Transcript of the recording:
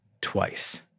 twice